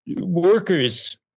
Workers